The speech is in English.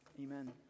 Amen